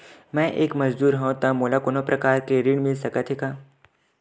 मैं एक मजदूर हंव त मोला कोनो प्रकार के ऋण मिल सकत हे का?